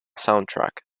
soundtrack